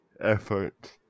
effort